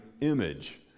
image